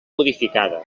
modificada